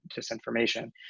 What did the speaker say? disinformation